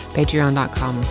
Patreon.com